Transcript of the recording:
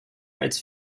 als